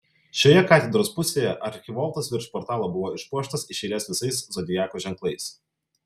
šioje katedros pusėje archivoltas virš portalo buvo išpuoštas iš eilės visais zodiako ženklais